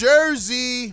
Jersey